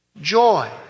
joy